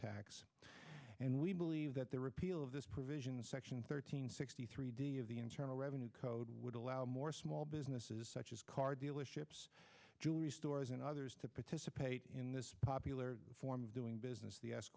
tax and we believe that the repeal of this provision section thirteen sixty three d of the internal revenue code would allow more small businesses such as car dealerships jewelry stores and others to participate in this popular form of doing business the